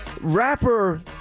Rapper